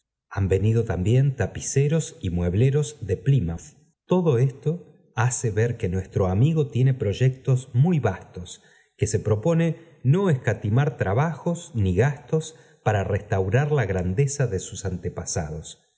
han venido también tapiceros y muebleros de ply mofeth todo esto hace ver que nuestro amigo tiene proyectos muy vastos que se propone no escatimar tra bajee ni gastos para restaurar la grandeza de sus antepasados